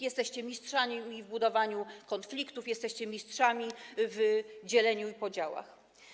Jesteście mistrzami w budowaniu konfliktów, jesteście mistrzami w dzieleniu i podziałach.